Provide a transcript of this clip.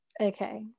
Okay